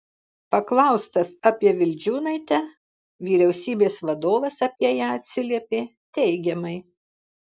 paklaustas apie vildžiūnaitę vyriausybės vadovas apie ją atsiliepė teigiamai